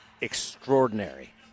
extraordinary